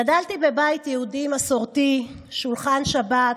גדלתי בבית יהודי מסורתי: שולחן שבת,